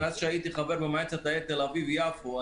מאז שהייתי חבר במועצת העיר תל אביב/ יפו.